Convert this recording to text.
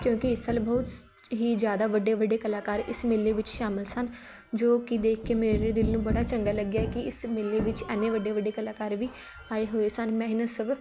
ਕਿਉਕਿ ਇਸ ਸਾਲ ਬਹੁਤ ਸ ਹੀ ਜ਼ਿਆਦਾ ਵੱਡੇ ਵੱਡੇ ਕਲਾਕਾਰ ਇਸ ਮੇਲੇ ਵਿੱਚ ਸ਼ਾਮਿਲ ਸਨ ਜੋ ਕਿ ਦੇਖ ਕੇ ਮੇਰੇ ਦਿਲ ਨੂੰ ਬੜਾ ਚੰਗਾ ਲੱਗਿਆ ਕਿ ਇਸ ਮੇਲੇ ਵਿੱਚ ਐਨੇ ਵੱਡੇ ਵੱਡੇ ਕਲਾਕਾਰ ਵੀ ਆਏ ਹੋਏ ਸਨ ਮੈਂ ਇਹਨਾਂ ਸਭ